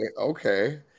Okay